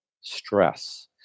stress